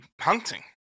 hunting